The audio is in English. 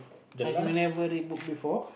ah you never read book before